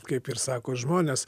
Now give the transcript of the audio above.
kaip ir sako žmonės